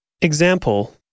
Example